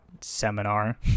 seminar